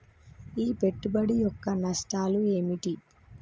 ఈ పెట్టుబడి యొక్క నష్టాలు ఏమిటి?